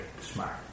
smart